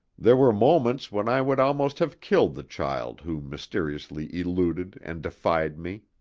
there were moments when i would almost have killed the child who mysteriously eluded and defied me.